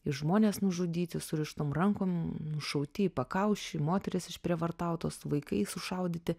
ir žmonės nužudyti surištom rankom nušauti į pakaušį moterys išprievartautos vaikai sušaudyti